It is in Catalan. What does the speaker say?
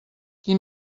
qui